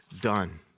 done